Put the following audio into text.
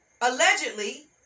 allegedly